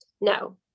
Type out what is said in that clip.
no